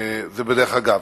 זה בדרך אגב.